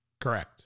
Correct